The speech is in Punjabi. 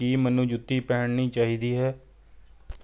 ਕੀ ਮੈਨੂੰ ਜੁੱਤੀ ਪਹਿਨਣੀ ਚਾਹੀਦੀ ਹੈ